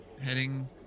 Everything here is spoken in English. heading